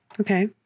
Okay